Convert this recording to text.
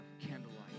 candlelight